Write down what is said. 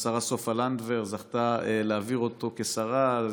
והשרה סופה לנדבר זכתה להעביר אותו כשרה.